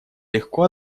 легко